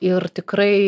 ir tikrai